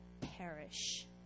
perish